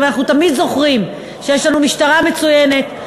אבל אנחנו תמיד זוכרים שיש לנו משטרה מצוינת,